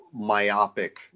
myopic